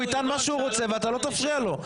הוא יטען מה שהוא רוצה ואתה לא תפריע לו.